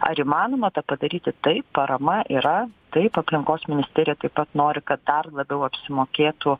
ar įmanoma tą padaryti taip parama yra taip aplinkos ministerija taip pat nori kad dar labiau apsimokėtų